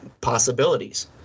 possibilities